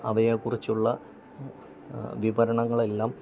അവയെ കുറിച്ചുള്ള വിവരണങ്ങൾ എല്ലാം